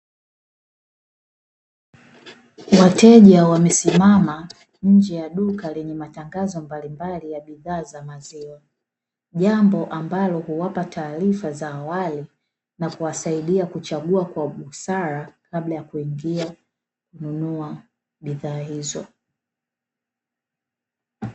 Wateja wamesimama nje ya duka lenye matangazo mbalimbali ya bidhaa za maziwa, jambo ambalo huwapa taarifa za awali na kuwasaidia kuchagua kwa busara kabla ya kuingia kununua bidhaa hizo.